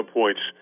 points